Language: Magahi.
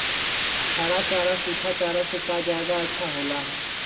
हरा चारा सूखा चारा से का ज्यादा अच्छा हो ला?